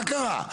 מה קרה?